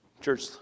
church